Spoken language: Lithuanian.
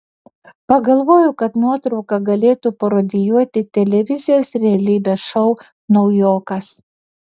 pagalvojau kad nuotrauka galėtų parodijuoti televizijos realybės šou naujokas